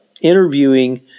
interviewing